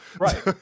Right